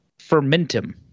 fermentum